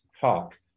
talk